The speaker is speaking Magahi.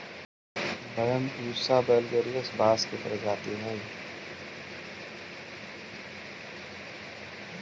बैम्ब्यूसा वैलगेरिस बाँस के प्रजाति हइ